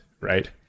right